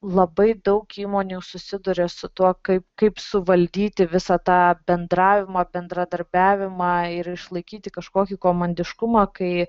labai daug įmonių susiduria su tuo kaip kaip suvaldyti visą tą bendravimą bendradarbiavimą ir išlaikyti kažkokį komandiškumą kai